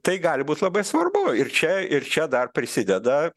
tai gali būt labai svarbu ir čia ir čia dar prisideda